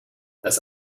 das